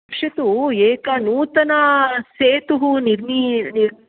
पश्यतु एका नूतना सेतुः निर्मी निर्मि